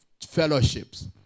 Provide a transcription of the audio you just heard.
fellowships